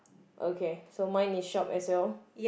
okay so mine is shop as well